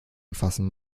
anfassen